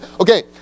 Okay